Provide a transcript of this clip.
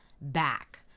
back